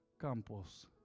Campos